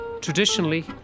Traditionally